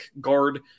guard